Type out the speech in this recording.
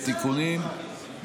ותיקונים,